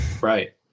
right